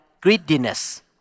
greediness